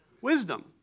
wisdom